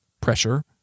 pressure